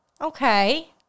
Okay